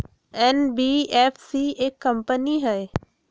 NBFC एक company हई?